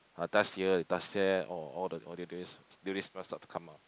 ah touch here you touch there orh all the durian smell start to come out